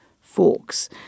forks